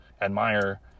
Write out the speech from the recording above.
admire